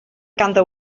ganddo